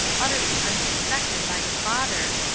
utterly unsuspected by the father,